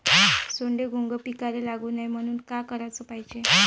सोंडे, घुंग पिकाले लागू नये म्हनून का कराच पायजे?